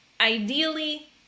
ideally